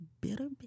bitter